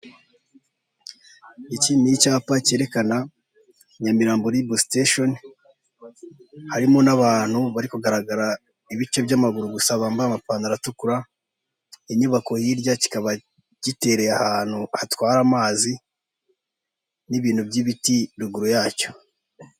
Iki ni icyapa cyerekana nyamirambo ribu sitesheni, harimo n'abantu bari kugaragara ibice by'amaguru gusa bambaye amapantaro atukura, inyubako hirya kikaba gitereye ahantu hatwara amazi n'ibintu by'ibiti ruguru yacyo.